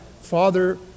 Father